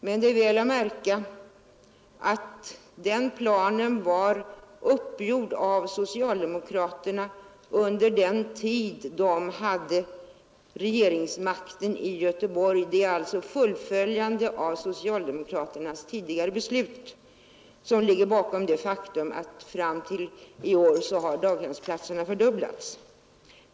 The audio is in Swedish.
Men det är väl att märka att den planen var uppgjord av socialdemokraterna under den tid de hade ansvaret för Göteborgs kommunalpolitik. Det är alltså ett fullföljande av socialdemokraternas tidigare planering och beslut som ligger bakom det faktum att fram till i är har daghemsplatserna fördubblats.